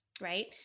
right